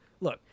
look